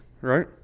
right